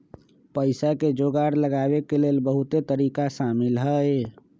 पइसा के जोगार लगाबे के लेल बहुते तरिका शामिल हइ